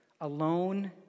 Alone